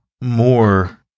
more